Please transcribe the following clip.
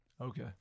Okay